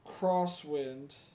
Crosswind